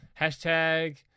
hashtag